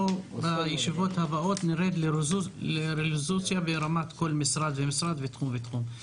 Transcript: בישיבות הבאות אנחנו נרד לרזולוציה ברמת כל משרד ומשרד ותחום ותחום.